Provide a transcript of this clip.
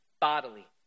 bodily